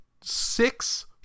six